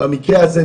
במקרה הזה,